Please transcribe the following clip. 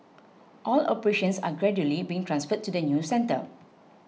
all operations are gradually being transferred to the new centre